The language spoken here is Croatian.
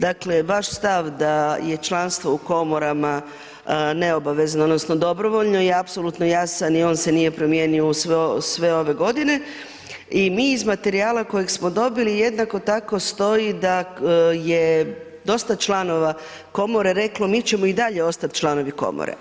Dakle, vaš stav da je članstvo u komorama neobavezno, odnosno dobrovoljno je apsolutno jasan i on se nije promijenio u sve ove godine i mi iz materijala koje smo dobili jednako tako stoji da je dosta članova komore reklo mi ćemo i dalje ostati članovi komore.